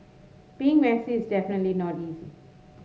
being messy is definitely not easy